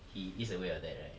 he is aware of that right